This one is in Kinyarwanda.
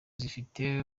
zifite